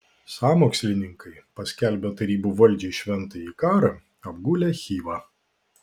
sąmokslininkai paskelbę tarybų valdžiai šventąjį karą apgulė chivą